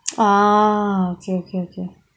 ah okay okay okay